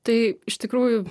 tai iš tikrųjų